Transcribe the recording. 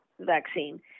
vaccine